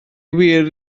wir